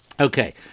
Okay